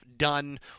done